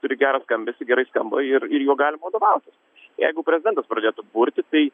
turi gerą skambesį gerai skamba ir ir juo galima vadovautis jeigu prezidentas pradėtų burti tai